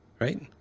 right